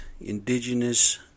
Indigenous